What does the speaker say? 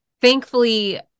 thankfully